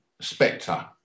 Spectre